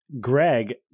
Greg